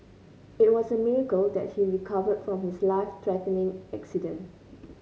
it was a miracle that he recover from his life threatening accident